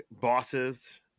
bosses